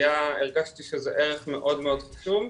הרגשתי שזה ערך מאוד חשוב,